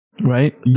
Right